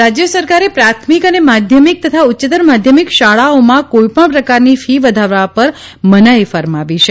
fee વધારો રાજ્ય સરકારે પ્રાથમિક અને માધ્યમિક તથા ઉચ્યતર માધ્યમિક શાળાઓમાં કોઈપણ પ્રકારની ફી વધારા પર મનાઈ ફરમાવી છે